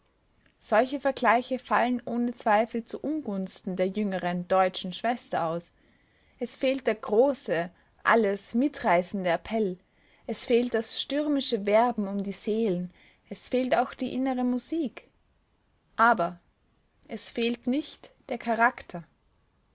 solche vergleiche fallen ohne zweifel zuungunsten der jüngeren deutschen schwester aus es fehlt der große alles mitreißende appell es fehlt das stürmische werben um die seelen es fehlt auch die innere musik aber es fehlt nicht der charakter